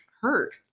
hurt